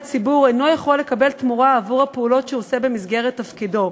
ציבור אינו יכול לקבל תמורה עבור הפעולות שהוא עושה במסגרת תפקידו.